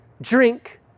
drink